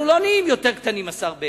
אנחנו לא נהיים יותר קטנים, השר בגין.